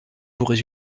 nouveaux